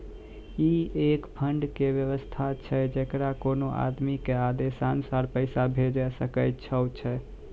ई एक फंड के वयवस्था छै जैकरा कोनो आदमी के आदेशानुसार पैसा भेजै सकै छौ छै?